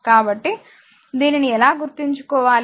కాబట్టి దీనిని ఎలా గుర్తుంచుకోవాలి